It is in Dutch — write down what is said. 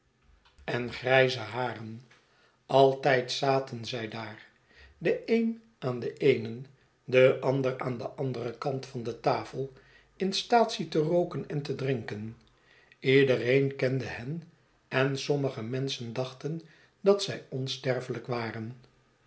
weduwnaar haren altijd zaten zij daar de een aan den eenen de ander aan den anderen kant van de tafel in staatsie te rooken en te drinken iedereen kende hen en sommige menschen dachten dat zij onsterfehjk waren